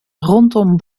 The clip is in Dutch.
rondom